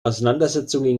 auseinandersetzungen